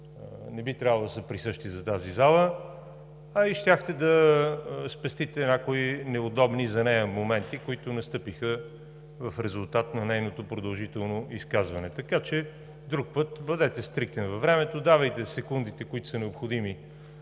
не би трябвало да са присъщи за тази зала, а и щяхте да спестите някои неудобни за нея моменти, които настъпиха в резултат на нейното продължително изказване. Така че друг път бъдете стриктен във времето, давайте секундите, които са необходими